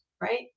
right